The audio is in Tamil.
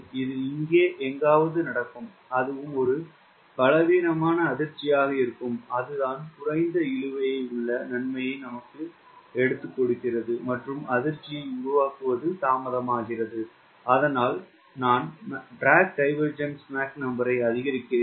இது இங்கே எங்காவது நடக்கும்அதுவும் ஒரு பலவீனமான அதிர்ச்சியாக இருக்கும் அதுதான் குறைந்த இழுவை உள்ள நன்மையை நாம் எடுத்துக்கொள்கிறோம் மற்றும் அதிர்ச்சியை உருவாக்குவது தாமதமானது அதனால் நான் MDD ஐ அதிகரிக்கிறேன்